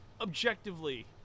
Objectively